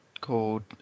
called